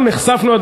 אנחנו נחשפנו,